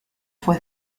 fue